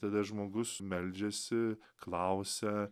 tada žmogus meldžiasi klausia